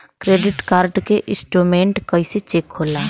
Credit card के statement कइसे check होला?